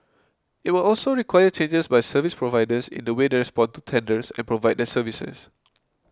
it will also require changes by service providers in the way they respond to tenders and provide their services